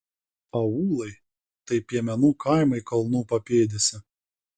aūlai tai piemenų kaimai kalnų papėdėse